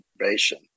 information